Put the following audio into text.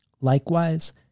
Likewise